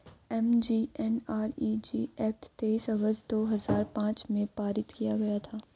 MGNREG act तेईस अगस्त दो हजार पांच में पारित किया गया था